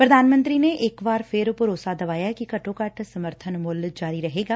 ਪ੍ਰਧਾਨ ਮੰਤਰੀ ਨੇ ਇਕ ਵਾਰ ਫਿਰ ਭਰੋਸਾ ਦਵਾਇਐ ਕਿ ਘੱਟੋ ਘੱਟ ਸਮਰਬਨ ਮੁੱਲ ਜਾਰੀ ਰਹੇਗਾ